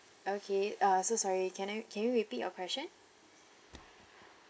okay uh so sorry can I can you repeat your question